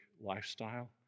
lifestyle